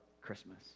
Christmas